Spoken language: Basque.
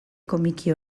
komiki